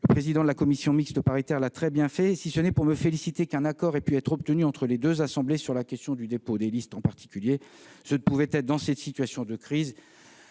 le président de la commission mixte paritaire les ayant très bien explicitées, si ce n'est pour me féliciter qu'un accord ait pu être obtenu entre les deux assemblées sur la question du dépôt des listes en particulier. Ce ne pouvait être, dans cette situation de crise